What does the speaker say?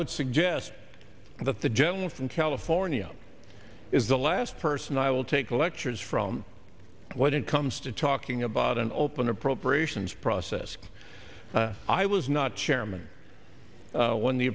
would suggest that the gentleman from california is the last person i will take the lectures from what it comes to talking about an open appropriations process i was not chairman when the